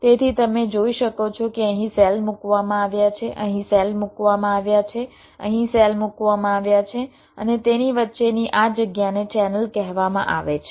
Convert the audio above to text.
તેથી તમે જોઈ શકો છો કે અહીં સેલ મૂકવામાં આવ્યા છે અહીં સેલ મૂકવામાં આવ્યા છે અહીં સેલ મૂકવામાં આવ્યા છે અને તેની વચ્ચેની આ જગ્યાને ચેનલ કહેવામાં આવે છે